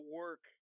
work